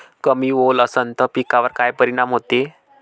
कमी ओल असनं त पिकावर काय परिनाम होते?